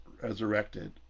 resurrected